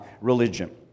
religion